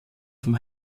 vom